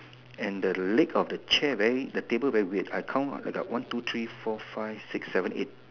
and the leg of the chair very the table very weird I count I got like one two three four five six seven eight